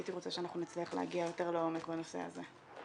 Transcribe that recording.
הייתי רוצה שאנחנו נצליח להגיע יותר לעומק בנושא הזה.